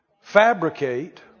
fabricate